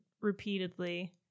repeatedly